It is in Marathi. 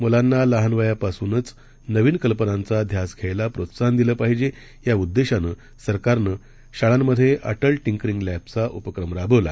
मुलांनालहानवयापासूनचनवीनकल्पनांचाध्यासघ्यायलाप्रोत्साहनदिलंपाहिजे याउद्देशानंसरकारनंशाळांमध्येअटलटिंकरिंगलॅबचाउपक्रमराबवला